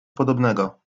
podobnego